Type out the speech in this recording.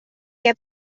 què